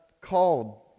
called